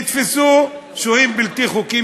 נתפסו שוהים בלתי-חוקיים,